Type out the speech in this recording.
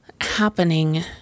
happening